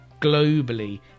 globally